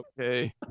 okay